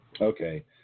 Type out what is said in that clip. Okay